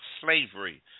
slavery